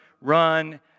run